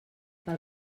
pel